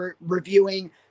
reviewing